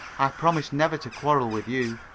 i promise never to quarrel with you.